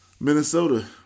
Minnesota